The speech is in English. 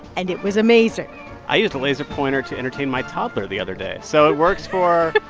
and it was amazing i used a laser pointer to entertain my toddler the other day, so it works for.